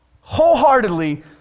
wholeheartedly